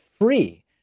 free